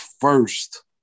first